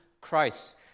Christ